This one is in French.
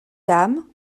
dame